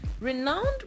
renowned